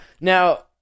now